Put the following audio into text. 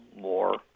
more